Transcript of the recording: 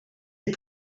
est